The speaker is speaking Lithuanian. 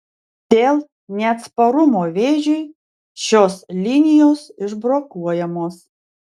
dėl neatsparumo vėžiui šios linijos išbrokuojamos